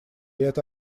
это